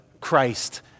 Christ